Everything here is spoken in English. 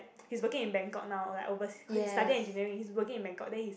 he's working in Bangkok now like overs~ cause he study engineering he's working in Bangkok then he say